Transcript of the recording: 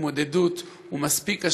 בהתמודדות הוא מספיק קשה,